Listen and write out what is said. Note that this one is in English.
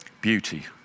beauty